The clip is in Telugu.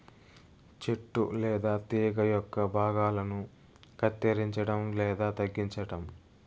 చెట్టు లేదా తీగ యొక్క భాగాలను కత్తిరించడం లేదా తగ్గించటం